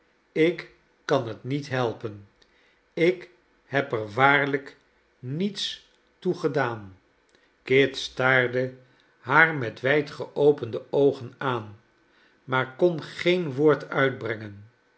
ik kan het niet helpen ik heb er waarlijk niets toe gedaan kit staarde haar met wy'd geopende oogen aan maar kon geen woord uitbrengen